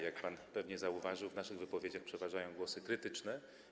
Jak pan pewnie zauważył, w naszych wypowiedziach przeważają głosy krytyczne.